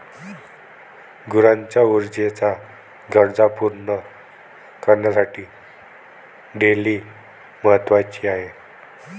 गुरांच्या ऊर्जेच्या गरजा पूर्ण करण्यासाठी डेअरी महत्वाची आहे